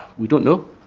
we don't know.